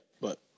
but-